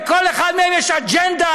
לכל אחד מהם יש אג'נדה,